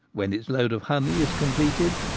when its load of honey is completed,